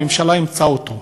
הממשלה אימצה אותו.